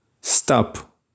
Stop